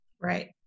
Right